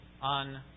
on